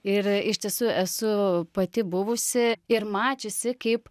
ir iš tiesų esu pati buvusi ir mačiusi kaip